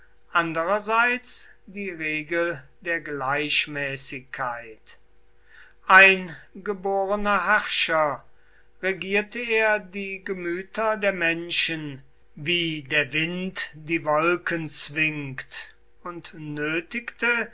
andererseits die regel der gleichmäßigkeit ein geborener herrscher regierte er die gemüter der menschen wie der wind die wolken zwingt und nötigte